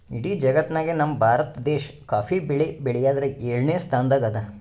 ಇಡೀ ಜಗತ್ತ್ನಾಗೆ ನಮ್ ಭಾರತ ದೇಶ್ ಕಾಫಿ ಬೆಳಿ ಬೆಳ್ಯಾದ್ರಾಗ್ ಯೋಳನೆ ಸ್ತಾನದಾಗ್ ಅದಾ